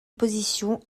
position